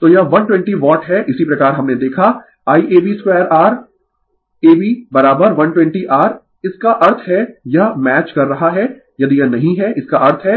तो यह 120 वाट है इसी प्रकार हमने देखा Iab2R ab122 R इसका अर्थ है यह मैच कर रहा है यदि यह नहीं है इसका अर्थ है